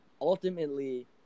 ultimately –